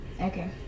Okay